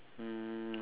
um